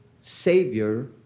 savior